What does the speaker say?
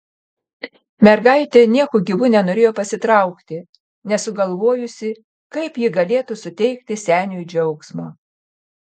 mergaitė nieku gyvu nenorėjo pasitraukti nesugalvojusi kaip ji galėtų suteikti seniui džiaugsmo